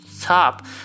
top